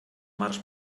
mars